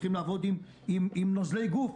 לפעמים הם צריכים לעבוד עם נוזלי גוף,